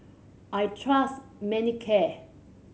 I trust Manicare